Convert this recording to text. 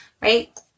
right